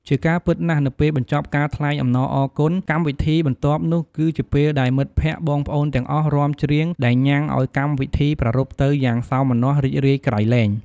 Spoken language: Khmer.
ជាការពិតណាស់ នៅពេលបញ្ចប់ការថ្លែងអំណរអរគុណ កម្មវិធីបន្ទាប់នោះគឺជាពេលដែល មិត្តភ្កតិ បងប្អូនទាំងអស់រាំ ច្រៀងដែលញ៊ាំងឲ្យកម្មវិធីប្រារព្ធទៅយ៉ាងសោមនស្សរីករាយក្រៃលែង។